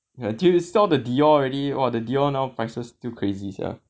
ya dude sell all the Dio already !wah! the Dio prices now still crazy sia